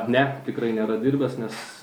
ne tikrai nėra dirbęs nes